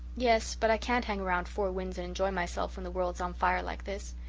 yes but i can't hang around four winds and enjoy myself when the world's on fire like this.